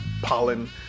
pollen